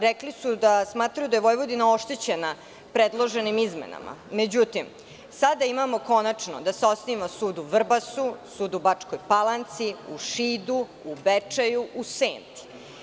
Rekli su da smatraju da je Vojvodina oštećena predloženim izmenama, međutim sada imamo konačno da se osniva sud u Vrbasu, sud u Bačkoj Palanci, u Šidu, u Bečeju, u Senti.